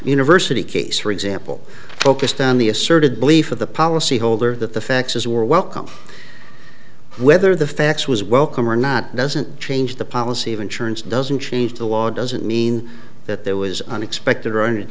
university case for example focused on the asserted belief of the policyholder that the facts as were welcome whether the facts was welcome or not doesn't change the policy of insurance doesn't change the law doesn't mean that there was unexpected